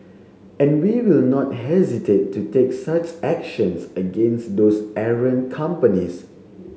and we will not hesitate to take such actions against those errant companies